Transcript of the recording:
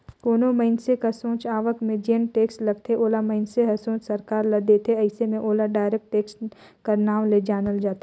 कोनो मइनसे कर सोझ आवक में जेन टेक्स लगथे ओला मइनसे हर सोझ सरकार ल देथे अइसे में ओला डायरेक्ट टेक्स कर नांव ले जानल जाथे